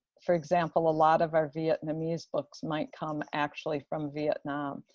for example, a lot of our vietnamese books might come actually from vietnam.